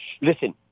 listen